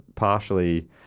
...partially